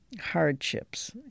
hardships